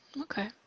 Okay